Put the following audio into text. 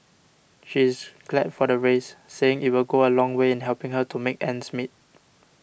she is glad for the raise saying it will go a long way in helping her to make ends meet